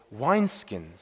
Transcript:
wineskins